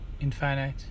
Infinite